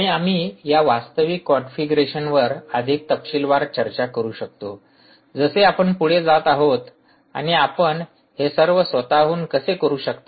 आणि आम्ही या वास्तविक कॉन्फिगरेशनवर अधिक तपशीलवार चर्चा करू शकतो जसे आपण पुढे जात आहोत आणि आपण हे सर्व स्वतःहून कसे करू शकता